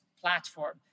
platform